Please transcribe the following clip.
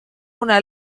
una